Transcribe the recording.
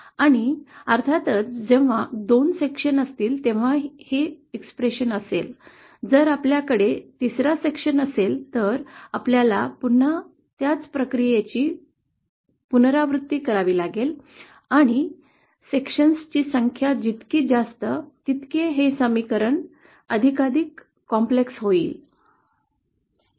आणि अर्थातच जेव्हा 2 विभाग असतील तेव्हाच हे समीकरण असेल जर आपल्याकडे तिसरा विभाग असेल तर आपल्याला पुन्हा त्याच प्रक्रियेची पुनरावृत्ती करावी लागेल आणि विभागांची संख्या जितकी जास्त तितके हे समीकरण अधिकाधिक गुंतागुंतीचे होईल